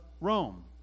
Rome